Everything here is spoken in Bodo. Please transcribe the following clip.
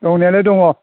दंनायालाय दङ